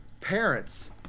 parents